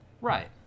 Right